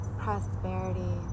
prosperity